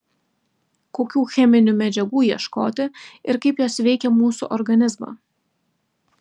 kokių cheminių medžiagų ieškoti ir kaip jos veikia mūsų organizmą